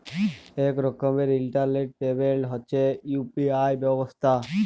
ইক রকমের ইলটারলেট পেমেল্ট হছে ইউ.পি.আই ব্যবস্থা